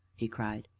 he cried,